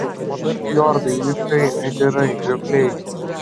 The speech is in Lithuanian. o dar fjordai miškai ežerai kriokliai